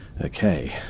okay